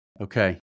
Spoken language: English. Okay